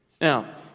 Now